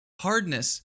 hardness